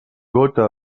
gota